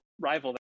rival